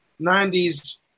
90s